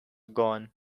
gone